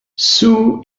sue